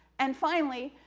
and finally,